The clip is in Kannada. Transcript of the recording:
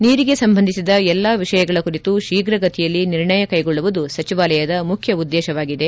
ನೀರಿಗೆ ಸಂಬಂಧಿಸಿದ ಎಲ್ಲಾ ವಿಷಯಗಳ ಕುರಿತು ಶೀಘಗತಿಯಲ್ಲಿ ನಿರ್ಣಯ ಕೈಗೊಳ್ಳುವುದು ಸಚವಾಲಯದ ಮುಖ್ಯ ಉದ್ದೇಶವಾಗಿದೆ